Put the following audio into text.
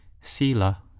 sila